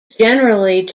generally